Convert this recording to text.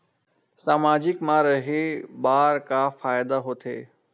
सामाजिक मा रहे बार का फ़ायदा होथे?